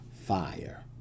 fire